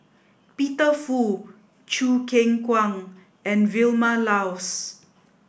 Peter Fu Choo Keng Kwang and Vilma Laus